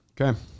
Okay